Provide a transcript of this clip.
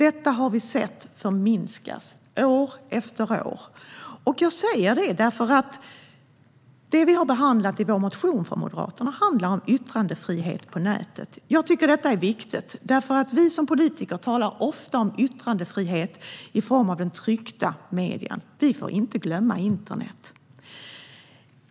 Vi har sett att den förminskas år efter år. Det vi har behandlat i vår motion från Moderaterna är yttrandefrihet på nätet. Jag tycker att detta är viktigt. Vi politiker talar ofta om yttrandefrihet i form av tryckta medier. Vi får inte glömma internet.